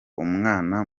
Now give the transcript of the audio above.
umwana